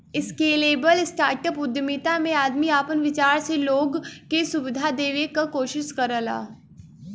scalable startup उद्यमिता में आदमी आपन विचार से लोग के सुविधा देवे क कोशिश करला